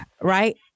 right